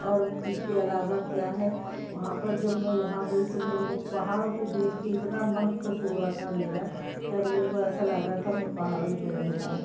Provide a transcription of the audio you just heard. और इसके अलावा क्या है वहाँ पर जब मैं वहाँ गई तो मेरे को पहाड़ों को देख के इतना मन ख़ुश हो रहा था मेरा तब मेरे को ऐसा लग रहा था मैं पहाड़ों ही पर रह जाऊँ